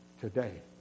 today